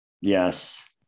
yes